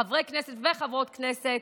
חברי כנסת וחברות כנסת,